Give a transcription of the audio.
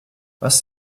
was